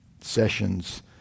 sessions